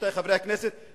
רבותי חברי הכנסת,